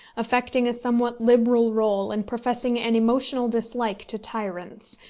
affecting a somewhat liberal role, and professing an emotional dislike to tyrants,